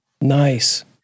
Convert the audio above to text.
Nice